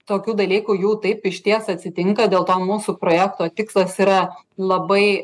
tokių dalykų jų taip išties atsitinka dėl to mūsų projekto tikslas yra labai